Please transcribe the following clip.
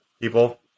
people